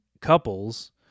couples